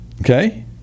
Okay